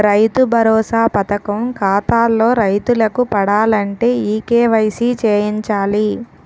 రైతు భరోసా పథకం ఖాతాల్లో రైతులకు పడాలంటే ఈ కేవైసీ చేయించాలి